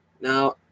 Now